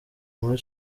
muri